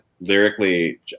lyrically